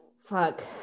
Fuck